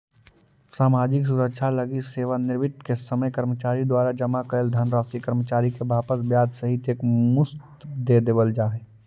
सामाजिक सुरक्षा लगी सेवानिवृत्ति के समय कर्मचारी द्वारा जमा कैल धनराशि कर्मचारी के वापस ब्याज सहित एक मुश्त दे देवल जाहई